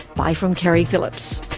bye from keri phillips